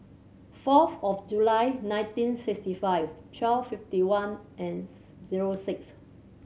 forth of July nineteen sixty five twelve fifty one zero six